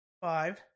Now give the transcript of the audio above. five